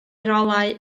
rolau